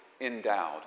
endowed